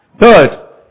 Third